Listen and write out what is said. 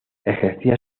ejercía